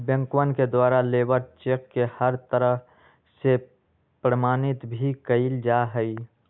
बैंकवन के द्वारा लेबर चेक के हर तरह से प्रमाणित भी कइल जा हई